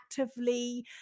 actively